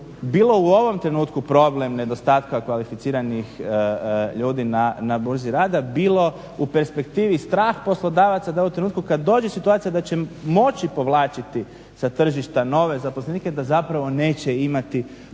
bilo u ovom trenutku problem nedostatka kvalificiranih ljudi na burzi rada, bilo u perspektivi strah poslodavaca da u trenutku kad dođe situacija da će moći povlačiti sas tržišta nove zaposlenike, da zapravo neće imati koga